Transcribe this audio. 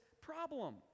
problem